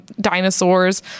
dinosaurs